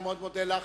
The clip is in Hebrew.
אני מאוד מודה לך.